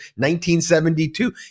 1972